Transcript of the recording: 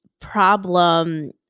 problem